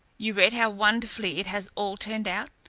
you read how wonderfully it has all turned out?